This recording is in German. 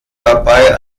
dabei